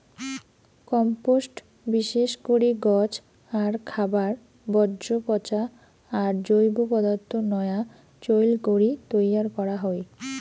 compost বিশেষ করি গছ আর খাবার বর্জ্য পচা আর জৈব পদার্থ নয়া চইল করি তৈয়ার করা হই